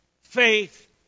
faith